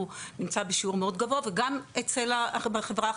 הוא נמצא בשיעור מאוד גבוה וגם בחברה החרדית,